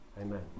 Amen